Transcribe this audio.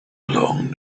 long